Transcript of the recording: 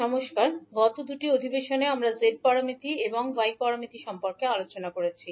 নমস্কার গত দুটি অধিবেশনে আমরা z প্যারামিটার এবং y প্যারামিটার সম্পর্কে আলোচনা করেছি